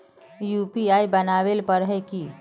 UPI बनावेल पर है की?